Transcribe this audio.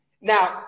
Now